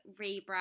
rebrand